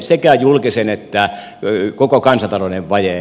sekä julkisen että koko kansantalouden vaje